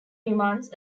demands